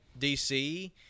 DC